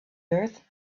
earth